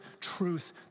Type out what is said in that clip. truth